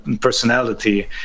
personality